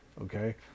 okay